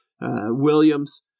Williams